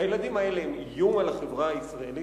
הילדים האלה הם איום על החברה הישראלית?